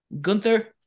Gunther